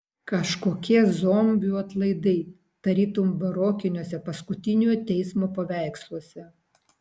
kažkokie zombių atlaidai tarytum barokiniuose paskutiniojo teismo paveiksluose